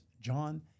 John